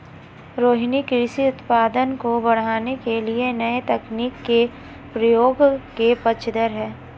रोहिनी कृषि उत्पादन को बढ़ाने के लिए नए तकनीक के प्रयोग के पक्षधर है